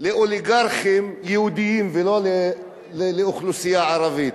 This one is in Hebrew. לאוליגרכים יהודים ולא לאוכלוסייה ערבית.